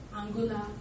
Angola